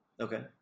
Okay